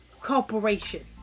corporation